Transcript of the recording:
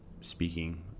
speaking